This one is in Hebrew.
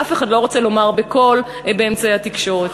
אף אחד לא רוצה לומר בקול באמצעי התקשורת.